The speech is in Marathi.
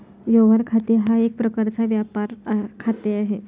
व्यवहार खाते हा एक प्रकारचा व्यापार खाते आहे